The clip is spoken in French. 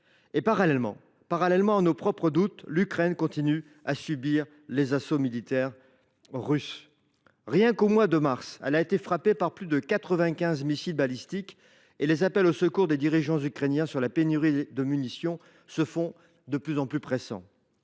Parallèlement à nos propres doutes, l’Ukraine continue à subir les assauts militaires russes. Pour le seul mois de mars, elle a été frappée par plus de quatre vingt quinze missiles balistiques, et les appels au secours des dirigeants ukrainiens sur la pénurie de munitions se font de plus en plus pressants.